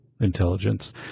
Intelligence